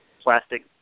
plastic